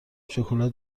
شکلات